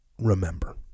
remember